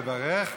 לברך,